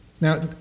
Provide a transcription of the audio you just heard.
Now